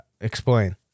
explain